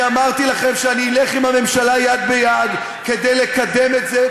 אני אמרתי לכם שאני אלך עם הממשלה יד ביד כדי לקדם את זה,